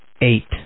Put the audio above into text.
eight